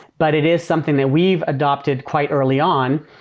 but it is something that we've adopted quite early on.